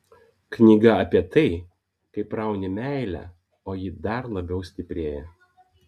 knyga apie tai kaip rauni meilę o ji dar labiau stiprėja